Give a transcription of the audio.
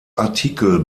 artikel